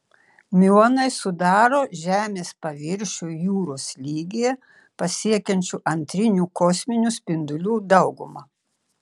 miuonai sudaro žemės paviršių jūros lygyje pasiekiančių antrinių kosminių spindulių daugumą